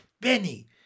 Benny